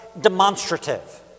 demonstrative